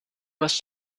must